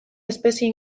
espezie